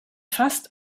fast